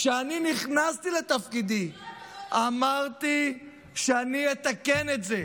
כשנכנסתי לתפקידי אמרתי שאני אתקן את זה,